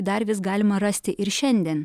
dar vis galima rasti ir šiandien